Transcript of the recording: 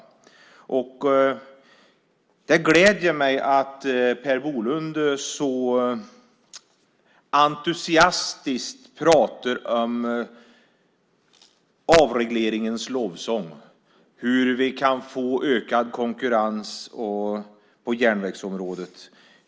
Det gläder mig att Per Bolund så entusiastiskt sjunger avregleringens lov och hur vi kan få ökad konkurrens på järnvägsområdet.